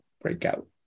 breakout